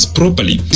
properly